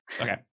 Okay